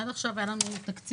עד עכשיו היה לנו תקציב.